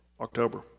October